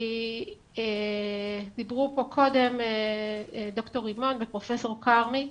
כי דיברו פה קודם ד"ר רמון ופרופ' כרמי,